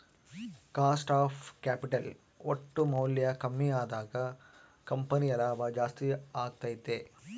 cost of capital ಒಟ್ಟು ಮೌಲ್ಯ ಕಮ್ಮಿ ಅದಾಗ ಕಂಪನಿಯ ಲಾಭ ಜಾಸ್ತಿ ಅಗತ್ಯೆತೆ